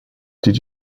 did